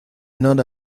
not